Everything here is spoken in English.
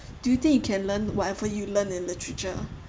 do you think you can learn whatever you learn in literature